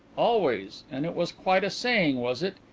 always and it was quite a saying, was it?